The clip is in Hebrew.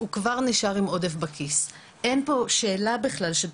זה יעלה פחות למדינה.